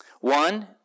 One